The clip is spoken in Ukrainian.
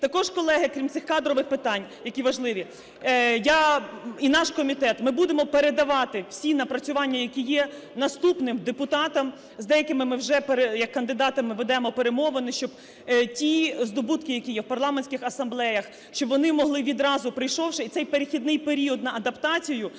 Також, колеги, крім цих кадрових питань, які важливі, я і наш комітет, ми будемо передавати всі напрацювання, які є, наступним депутатам, з деякими ми вже як кандидатами ведемо перемовини, щоб ті здобутки, які є в парламентських асамблеях, щоб вони могли відразу, прийшовши, і цей перехідний період на адаптацію,